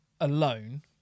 alone